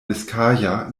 biskaya